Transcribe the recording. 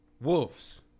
Wolves